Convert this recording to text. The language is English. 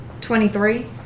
23